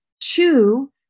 two